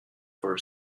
for